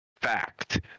fact